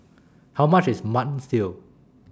How much IS Mutton Stew